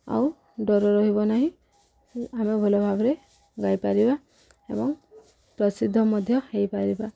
ଆଉ ଡର ରହିବ ନାହିଁ ଆମେ ଭଲ ଭାବରେ ଗାଇପାରିବା ଏବଂ ପ୍ରସିଦ୍ଧ ମଧ୍ୟ ହେଇପାରିବା